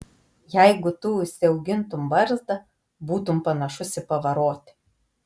jeigu tu užsiaugintum barzdą būtum panašus į pavarotį